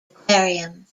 aquarium